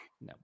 No